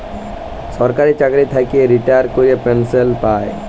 সরকারি চাকরি থ্যাইকে রিটায়ার ক্যইরে পেলসল পায়